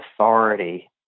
authority